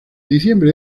diciembre